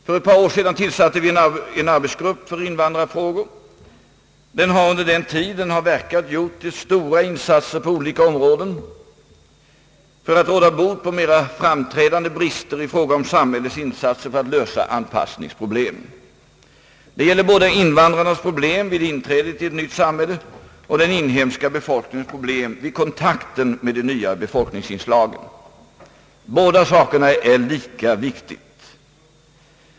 För ett par år sedan tillsatte vi en arbetsgrupp för invandrarfrågor. Den har under den tid den verkat gjort stora insatser på olika områden för att råda bot på mera framträdande brister i fråga om samhällets insatser för att lösa anpassningsproblemet. Det gäller både invandrarnas problem vid inträdet i ett nytt samhälle och den inhemska befolkningens problem vid kontakten med det nya befolkningsinslaget. Båda sakerna är lika viktiga.